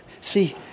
See